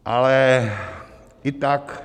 Ale i tak...